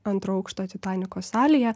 antro aukšto titaniko salėje